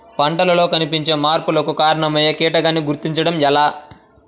పంటలలో కనిపించే మార్పులకు కారణమయ్యే కీటకాన్ని గుర్తుంచటం ఎలా?